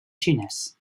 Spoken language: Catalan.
xinès